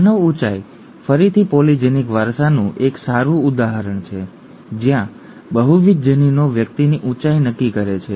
માનવ ઊંચાઈ ફરીથી પોલિજેનિક વારસાનું એક સારું ઉદાહરણ છે જ્યાં બહુવિધ જનીનો વ્યક્તિની ઊંચાઈ નક્કી કરે છે